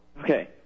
Okay